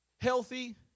Healthy